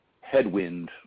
headwind